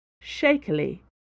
Shakily